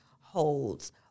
holds